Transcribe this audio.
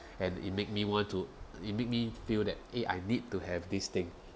and it make me want to it make me feel that eh I need to have this thing